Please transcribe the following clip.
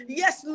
yes